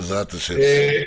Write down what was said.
בעזרת השם.